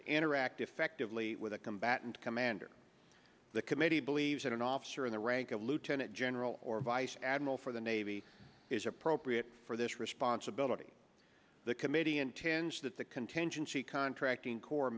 interact effectively with a combatant commander the committee believes that an officer in the rank of lieutenant general or vice admiral for the navy is appropriate for this responsibility the committee untinged that the contingency contracting cor